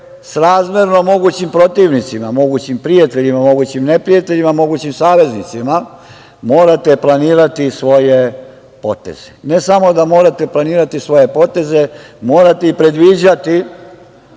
srazmerno mogućim protivnicima, mogućim prijateljima, mogućim neprijateljima, mogućim saveznicima planirati svoje poteze. Ne samo da morate planirati svoje poteze, već morate i predviđati